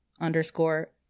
underscore